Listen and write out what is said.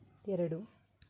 ಎರಡು